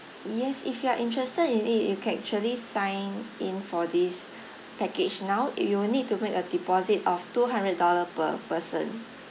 yes if you are interested in it you can actually sign in for this package now you'll need to make a deposit of two hundred dollar per person